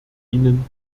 ihnen